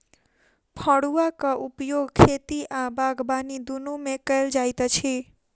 फड़ुआक उपयोग खेती आ बागबानी दुनू मे कयल जाइत अछि